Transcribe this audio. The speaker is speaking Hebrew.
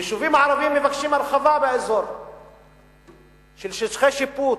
היישובים הערביים מבקשים הרחבה באזור של שטחי שיפוט,